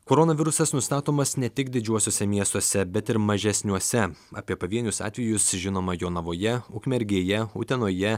koronavirusas nustatomas ne tik didžiuosiuose miestuose bet ir mažesniuose apie pavienius atvejus žinoma jonavoje ukmergėje utenoje